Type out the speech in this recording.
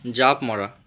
জাঁপ মৰা